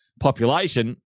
population